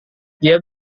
dia